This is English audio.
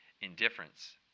indifference